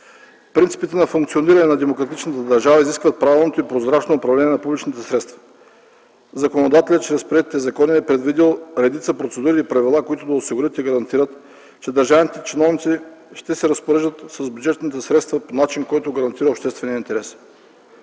Принципите на функциониране на демократичната държава изискват правилното и прозрачно управление на публичните средства. Чрез приетите закони, законодателят е предвидил редица процедурни правила, които да осигурят и да гарантират, че държавните чиновници ще се разпореждат с бюджетните средства по начин, който гарантира обществения интерес.